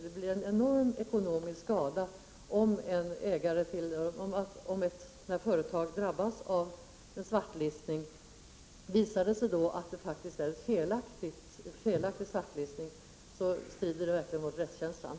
Det blir en enorm ekonomisk skada för ett företag som drabbas av en svartlistning. Visar det sig då att det faktiskt är en felaktig svartlistning, så strider det inträffande mot rättskänslan.